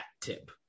tip